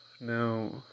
now